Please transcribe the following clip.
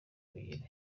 ebyiri